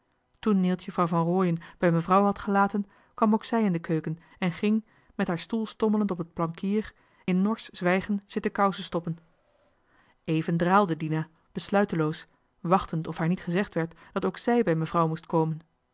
toen neeltje vrouw van rooien bij mevrouw had gelaten kwam ook zij in de keuken en ging met haar stoel stommelend op het plankier in norsch zwijgen zitten kousen stoppen even draalde dina besluiteloos wachtend of haar niet gezegd werd dat ook zij bij mevrouw moest komen